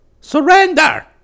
Surrender